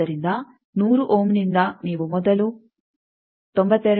ಆದ್ದರಿಂದ 100 ಓಮ್ನಿಂದ ನೀವು ಮೊದಲು 92